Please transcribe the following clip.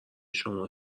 شما